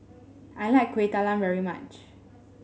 I like Kuih Talam very much